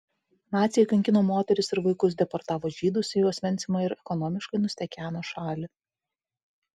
naciai kankino moteris ir vaikus deportavo žydus į osvencimą ir ekonomiškai nustekeno šalį